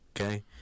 Okay